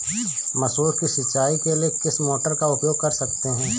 मसूर की सिंचाई के लिए किस मोटर का उपयोग कर सकते हैं?